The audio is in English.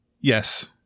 Yes